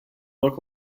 look